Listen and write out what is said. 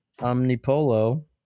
Omnipolo